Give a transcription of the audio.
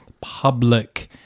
public